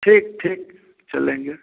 ठीक ठीक चलेंगे